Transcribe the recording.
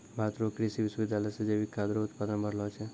भारत रो कृषि विश्वबिद्यालय से जैविक खाद रो उत्पादन बढ़लो छै